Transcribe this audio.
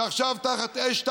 ועכשיו תחת אש,